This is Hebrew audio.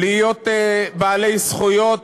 להיות בעלי זכויות